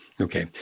Okay